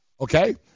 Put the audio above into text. okay